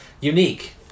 unique